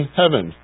heaven